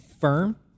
firm